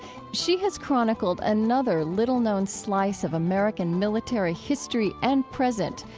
she has chronicled another little-known slice of american military history and present,